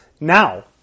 Now